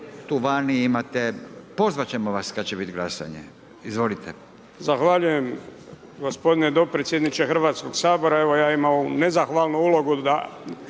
tu vani imate pozvati ćemo vas kada će biti glasanje. Izvolite. **Felak, Damir (HDZ)** Zahvaljujem gospodine dopredsjedniče Hrvatskog sabora. Evo ja imam nezahvalnu ulogu, da